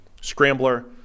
scrambler